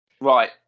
Right